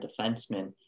defenseman